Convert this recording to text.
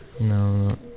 no